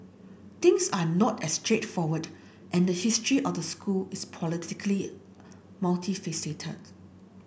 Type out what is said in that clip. things are not as straightforward and the history out school is politically multifaceted